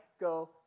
go